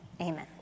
Amen